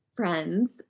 Friends